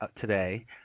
today